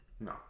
No